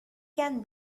can